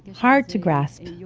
hard to grasp.